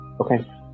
Okay